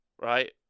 right